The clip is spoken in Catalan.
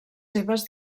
seves